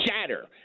shatter